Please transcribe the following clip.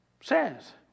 says